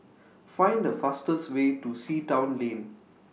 Find The fastest Way to Sea Town Lane